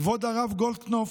כבוד הרב גולדקנופ,